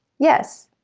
yes.